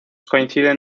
coinciden